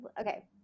okay